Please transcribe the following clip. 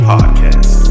Podcast